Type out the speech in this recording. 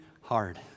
hard